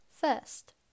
First